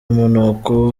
umunuko